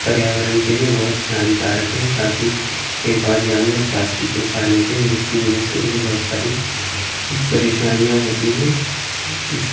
پریاورن کے لیے بہت ہی ہانکارک ہیں ساتھ ہی کئی بار جانور پلاسٹک کو کھا لیتے ہیں جس کی وجہ سے انہیں بہت ساری پریشانیاں ہوتی ہیں اس